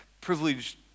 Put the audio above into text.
privileged